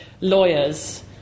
lawyers